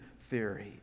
theory